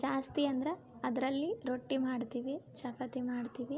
ಜಾಸ್ತಿ ಅಂದ್ರ ಅದರಲ್ಲಿ ರೊಟ್ಟಿ ಮಾಡ್ತೀವಿ ಚಪಾತಿ ಮಾಡ್ತೀವಿ